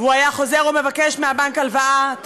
והוא היה חוזר ומבקש מהבנק הלוואה,